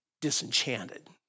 disenchanted